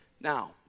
Now